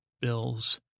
Bill's